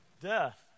death